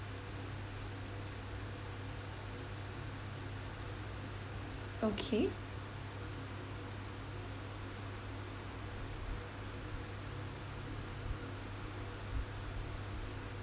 okay